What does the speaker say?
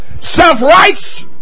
Self-rights